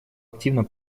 активно